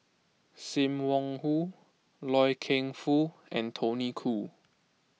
Sim Wong Hoo Loy Keng Foo and Tony Khoo